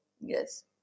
yes